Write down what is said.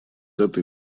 этой